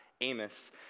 amos